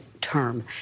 term